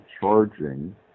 charging